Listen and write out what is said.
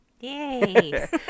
Yay